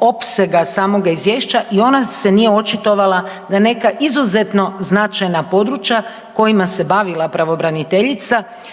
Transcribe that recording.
opsega samoga Izvješća i ona se nije očitovala na neka izuzetno značajna područja kojima se bavila pravobraniteljica,